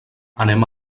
anem